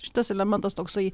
šitas elementas toksai